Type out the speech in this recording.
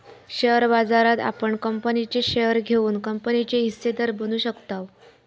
share बाजारात आपण कंपनीचे शेअर घेऊन कंपनीचे हिस्सेदार बनू शकताव